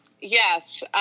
Yes